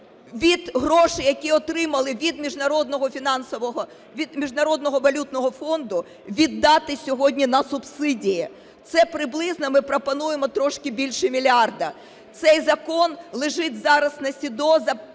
від грошей, які отримали від Міжнародного валютного фонду, віддати сьогодні на субсидії. Це приблизно ми пропонуємо трошки більше мільярда. Цей закон лежить зараз на СЕДО,